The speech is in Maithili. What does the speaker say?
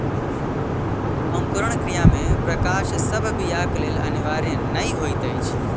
अंकुरण क्रिया मे प्रकाश सभ बीयाक लेल अनिवार्य नै होइत अछि